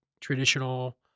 traditional